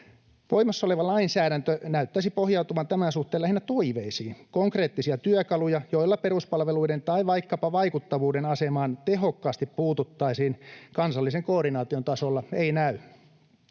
Voimassa oleva lainsäädäntö näyttäisi pohjautuvan tämän suhteen lähinnä toiveisiin. Konkreettisia työkaluja, joilla peruspalveluiden tai vaikkapa vaikuttavuuden asemaan tehokkaasti puututtaisiin kansallisen koordinaation tasolla, ei näy.